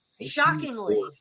shockingly